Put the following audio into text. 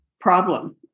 problem